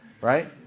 Right